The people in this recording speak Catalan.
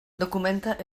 documenta